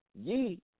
ye